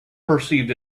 perceived